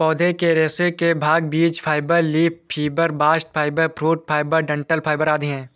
पौधे के रेशे के भाग बीज fibre, leaf fibre, bast fibre, fruit fibre, डंठल फाइबर आदि है